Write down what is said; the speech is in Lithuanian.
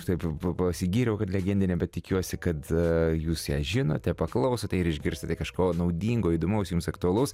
taip pasigyriau kad legendinė bet tikiuosi kad jūs ją žinote paklausote ir išgirstate kažko naudingo įdomaus jums aktualaus